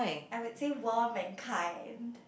I would say warm and kind